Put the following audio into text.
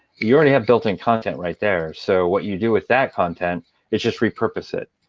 you already have built-in content right there, so what you do with that content is just repurpose it.